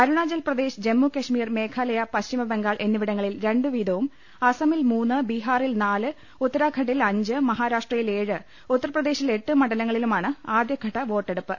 അരുണാചൽ പ്രദേശ് ജമ്മുകശ്മീർ മേഘാലയ പശ്ചിമബംഗാൾ എന്നിവിടങ്ങളിൽ രണ്ടുവീതവും അസ്സമിൽ മൂന്ന് ബിഹാറിൽ നാല് ഉത്ത രാഖണ്ഡിൽ അഞ്ച് മഹാരാഷ്ട്രയിൽ ഏഴ് ഉത്തർപ്രദേശിൽ എട്ട് മണ്ഡ ലങ്ങളിലൂമാണ് ആദ്യഘട്ട വോട്ടെടുപ്പ്